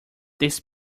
this